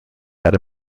had